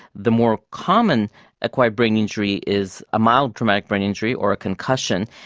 the more common acquired brain injury is a mild traumatic brain injury or concussion,